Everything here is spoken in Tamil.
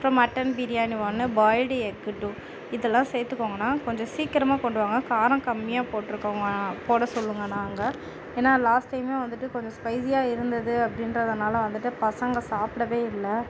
அப்புறம் மட்டன் பிரியாணி ஒன்னு பாயில்டு எக்கு டூ இதெல்லாம் சேர்த்துக்கோங்கணா கொஞ்சம் சீக்கிரமாக கொண்டு வாங்க காரம் கம்மியாக போற்றுக்கோங்க போட சொல்லுங்கண்ணா அங்கே ஏன்னா லாஸ்ட் டைமே வந்துவிட்டு கொஞ்சம் ஸ்பைசியாக இருந்தது அப்படின்றதுனால வந்துட்டு பசங்க சாப்பிடவே இல்லை